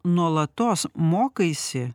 nuolatos mokaisi